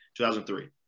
2003